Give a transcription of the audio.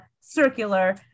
circular